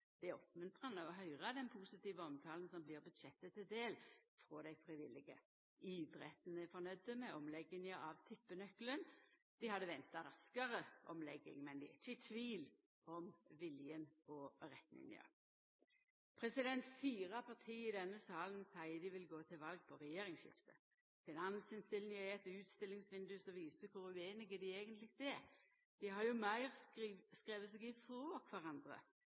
Det er oppmuntrande å høyra den positive omtalen som vert budsjettet til del frå dei friviljuge. Idretten er nøgd med omlegginga av tippenøkkelen. Dei hadde venta raskare omlegging, men er ikkje i tvil om viljen og retninga. Fire parti i denne salen seier dei vil gå til val på regjeringsskifte. Finansinnstillinga er eit utstillingsvindauga som viser kor usamde dei eigentleg er. Dei har jo meir skrive seg frå kvarandre